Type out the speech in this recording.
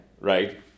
Right